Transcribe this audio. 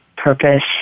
purpose